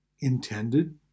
Intended